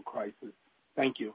crisis thank you